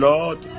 Lord